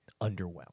underwhelmed